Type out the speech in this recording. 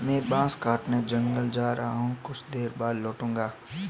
मैं बांस काटने जंगल जा रहा हूं, कुछ देर बाद लौटूंगा